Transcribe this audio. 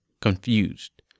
confused